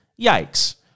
Yikes